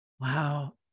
Wow